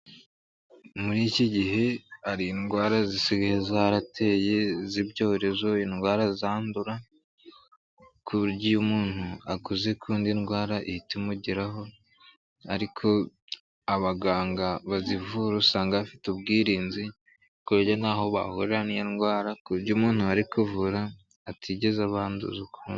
Muri iki gihe hari indwara zisigaye zarateye z'ibyorezo indwara zandura, ku buryo iyo umuntu akoze k'uwundi indwara ihita imugeraho, ariko abaganga bazivura usanga bafite ubwirinzi ku buryo ntaho bahurira n'indwara ku buryo umuntu bari kuvura atigize abanduza .